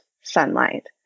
sunlight